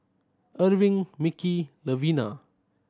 Erving Micky Levina